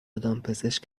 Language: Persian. دامپزشک